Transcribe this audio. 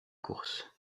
course